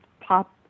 pop